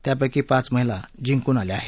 त्यापैकी पाच महिला जिंकून आल्या आहेत